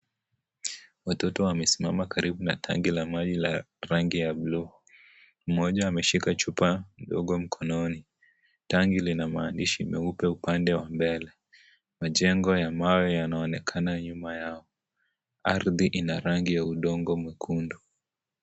Watoto wamesimama karibu na tangi la maji la rangi ya bluu, mmoja ameshika chupa ndogo mkononi. Tangi lina maandishi meupe upande wa mbele. Majengo ya mawe yanaonekana nyuma yao. Ardhi ina rangi ya udongo mwekundu.